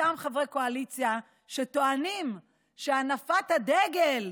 אותם חברי קואליציה שטוענים שהנפת הדגל,